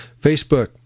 Facebook